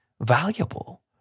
valuable